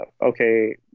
Okay